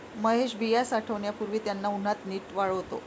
महेश बिया साठवण्यापूर्वी त्यांना उन्हात नीट वाळवतो